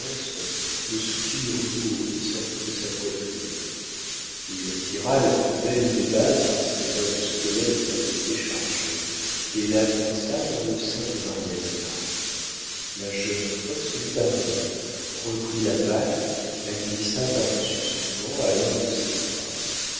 le soupir lourd qui sortit de sa poitrine il tira la plus belle des bagues dont ses doigts de squelette étaient chargés et la plaça dans le sein de marianina la jeune folle se mit à rire reprit la bague la glissa par-dessus son gant à l'un de ses doigts